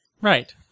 Right